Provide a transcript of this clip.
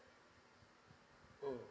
mm